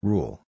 Rule